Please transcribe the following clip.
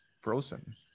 frozen